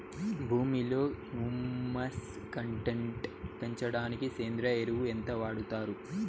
భూమిలో humus content పెంచడానికి సేంద్రియ ఎరువు ఎంత వాడుతారు